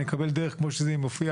אני מקבל את ההגדרה כפי שהיא מופיעה